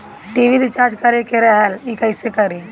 TV recharge करे के रहल ह कइसे करी?